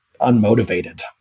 unmotivated